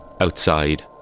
Outside